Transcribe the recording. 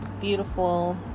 beautiful